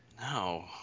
No